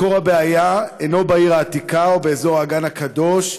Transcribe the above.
מקור הבעיה אינו בעיר העתיקה או באזור האגן הקדוש,